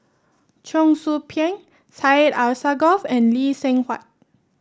Cheong Soo Pieng Syed Alsagoff and Lee Seng Huat